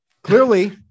Clearly